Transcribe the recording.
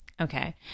Okay